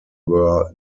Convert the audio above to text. were